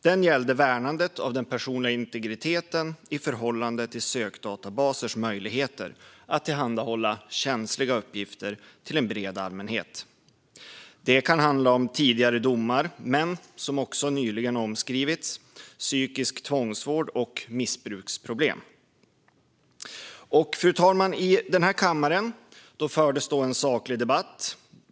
Den gällde värnandet av den personliga integriteten i förhållande till sökdatabasers möjligheter att tillhandahålla känsliga uppgifter till en bred allmänhet. Det kan handla om tidigare domar men också, som nyligen omskrivits, om psykisk tvångsvård och missbruksproblem. Fru talman! I denna kammare fördes då en saklig debatt.